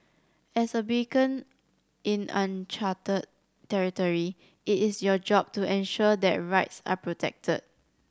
as a beacon in uncharted territory it is your job to ensure that rights are protected